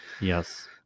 Yes